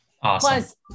Plus